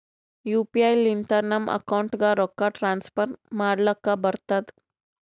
you P I ಲಿಂತ ನಮ್ ಅಕೌಂಟ್ಗ ರೊಕ್ಕಾ ಟ್ರಾನ್ಸ್ಫರ್ ಮಾಡ್ಲಕ್ ಬರ್ತುದ್